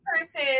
person